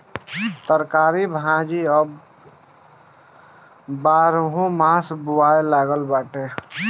तरकारी भाजी त अब बारहोमास बोआए लागल बाटे